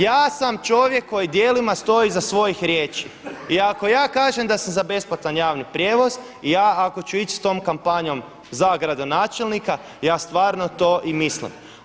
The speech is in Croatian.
Ja sam čovjek koji djelima stoji iza svojih riječi i ako ja kažem da sam za besplatan javni prijevoz, ja ako ću ići s tom kampanjom za gradonačelnika ja stvarno to i mislim.